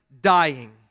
dying